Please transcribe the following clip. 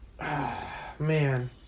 Man